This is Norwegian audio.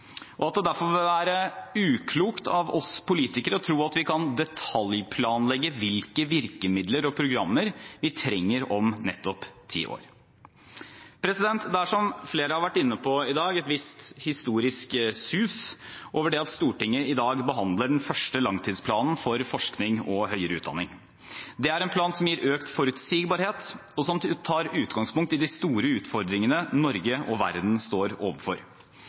og at det derfor vil være uklokt av oss politikere å tro at vi kan detaljplanlegge hvilke virkemidler og programmer vi trenger om nettopp ti år. Det er, som flere har vært inne på i dag, et visst historisk sus over det at Stortinget i dag behandler den første langtidsplanen for forskning og høyere utdanning. Det er en plan som gir økt forutsigbarhet, og som tar utgangspunkt i de store utfordringene Norge og verden står overfor.